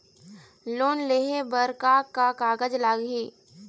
Loan लेहे बर का का कागज लगही?